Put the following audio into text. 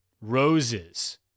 Roses